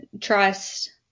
Trust